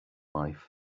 life